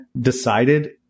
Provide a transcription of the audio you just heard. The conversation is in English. decided